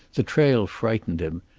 the trail frightened him.